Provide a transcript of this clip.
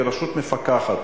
כרשות מפקחת,